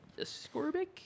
ascorbic